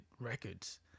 records